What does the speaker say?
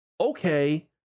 Okay